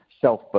self